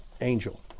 angel